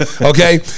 okay